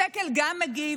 גם השקל מגיב,